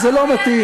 זה לא מה שהוא אמר.